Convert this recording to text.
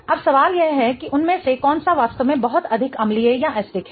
अब सवाल यह है कि उनमें से कौन सा वास्तव में बहुत अधिक अम्लीय है सही है